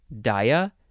Dia